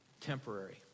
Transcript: temporary